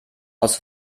aus